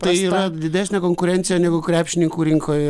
tai yra didesnė konkurencija negu krepšininkų rinkoje